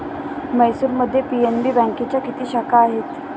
म्हैसूरमध्ये पी.एन.बी बँकेच्या किती शाखा आहेत?